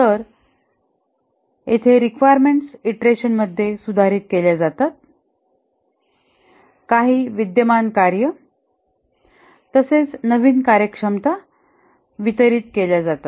तर येथे रिक्वायरमेंट्स ईंटरेशनमध्ये सुधारित केल्या जातात काही विद्यमान कार्ये तसेच नवीन कार्यक्षमता वितरित केल्या जातात